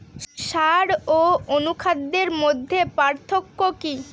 সার ও অনুখাদ্যের মধ্যে পার্থক্য কি?